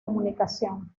comunicación